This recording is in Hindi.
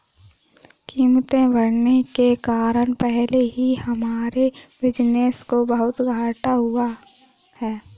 कीमतें बढ़ने के कारण पहले ही हमारे बिज़नेस को बहुत घाटा हुआ है